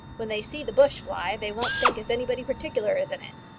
when they see the bush fly, they won't think as anybody particular is in it.